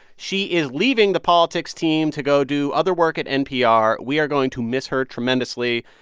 she is leaving the politics team to go do other work at npr. we are going to miss her tremendously,